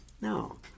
No